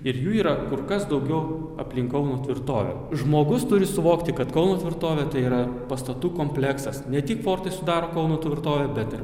ir jų yra kur kas daugiau aplink kauno tvirtovę žmogus turi suvokti kad kauno tvirtovė tai yra pastatų kompleksas ne tik fortai sudaro kauno tvirtovę bet ir